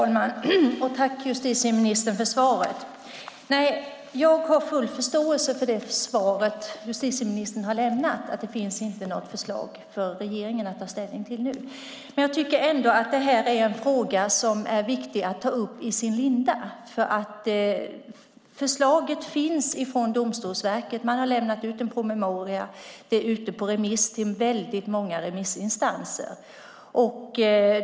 Fru talman! Tack, justitieministern, för svaret! Jag har full förståelse för det svar justitieministern har lämnat, att det inte finns något förslag för regeringen att ta ställning till nu. Jag tycker ändå att det här är en fråga som är viktig att ta upp i sin linda. Förslaget finns från Domstolsverket; man har lämnat ut en promemoria som är ute på remiss hos många remissinstanser.